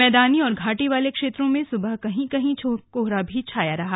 मैदानी और घाटी वाले क्षेत्रों में सुबह कहीं कहीं कोहरा भी छाया रहा